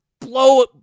blow